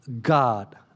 God